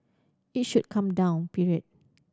it should come down period